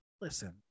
Listen